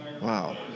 Wow